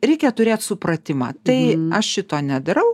reikia turėt supratimą tai aš šito nedarau